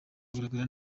kugaragara